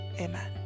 Amen